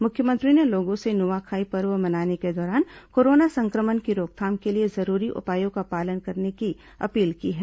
मुख्यमंत्री ने लोगों से नुआखाई पर्व मनाने के दौरान कोरोना संक्रमण की रोकथाम के लिए जरूरी उपायों का पालन करने की अपील की है